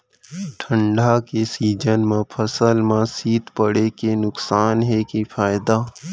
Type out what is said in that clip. ठंडा के सीजन मा फसल मा शीत पड़े के नुकसान हे कि फायदा?